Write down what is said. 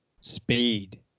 speed